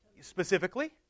Specifically